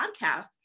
podcast